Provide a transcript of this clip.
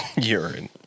urine